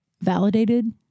validated